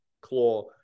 claw